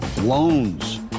Loans